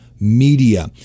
Media